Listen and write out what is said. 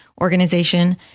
organization